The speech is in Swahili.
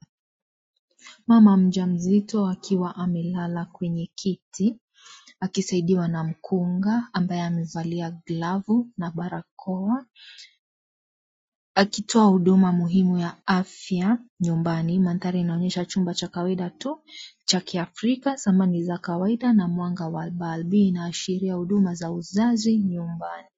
Mama mjamzito akiwa amelala kwenye kiti akosaidiwa na mkunga ambaye amevalia glavu na barakoa ,akitoa huduma muhimu ya afya nyumbani. Mandhari inaonyesha chumba cha kawaida tu cha kiafrika zamani za kawaida mwanga inaashiria huduma za uzazi nyumbani.